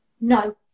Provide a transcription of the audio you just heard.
No